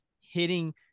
hitting